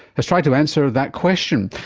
has tried to answer that question.